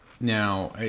now